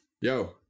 yo